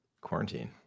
quarantine